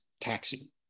taxi